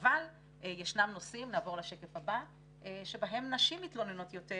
אבל יש נושאים בהם נשים מתלוננות יותר.